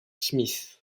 smith